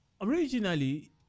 Originally